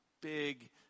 big